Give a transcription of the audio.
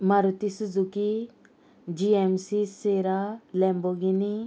Maruti Suzuki G M C sera Lamborghini